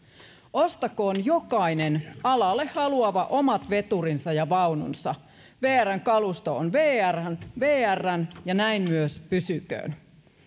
ostakoon jokainen alalle haluava omat veturinsa ja vaununsa vrn kalusto on vrn vrn ja näin myös pysyköön